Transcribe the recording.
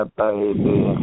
baby